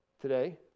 Today